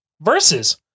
versus